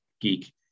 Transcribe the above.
geek